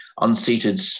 unseated